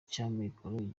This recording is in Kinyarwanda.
cy’amikoro